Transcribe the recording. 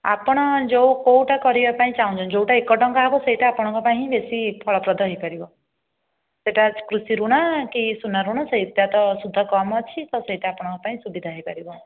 ଆପଣ ଯେଉଁ କେଉଁଟା କରିବା ପାଇଁ ଚାହୁଁଛନ୍ତି ଯେଉଁଟା ଏକ ଟଙ୍କା ହେବ ସେହିଟା ଆପଣଙ୍କ ପାଇଁ ହିଁ ବେଶି ଫଳପ୍ରଦ ହୋଇପାରିବ ସେହିଟା କୃଷି ଋଣ କି ସୁନା ଋଣ ସେହିଟା ତ ସୁଧ କମ ଅଛି ତ ସେହିଟା ଆପଣଙ୍କ ପାଇଁ ସୁବିଧା ହୋଇପାରିବ